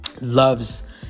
loves